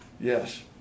Yes